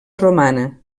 romana